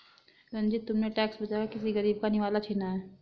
रंजित, तुमने टैक्स बचाकर किसी गरीब का निवाला छीना है